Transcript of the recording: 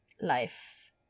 life